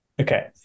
Okay